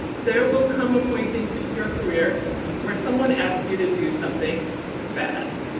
there will come a point in your career where someone asked you to do something bad.